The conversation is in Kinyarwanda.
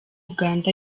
uganda